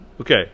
okay